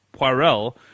Poirel